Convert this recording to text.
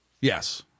Yes